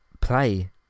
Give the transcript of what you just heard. play